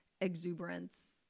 exuberance